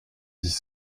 dix